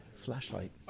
flashlight